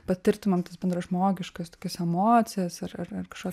patirtinom tas bendražmogiškas tokias emocijas ar ar kažkokias